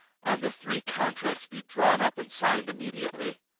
and the three contracts be drawn up and signed immediately.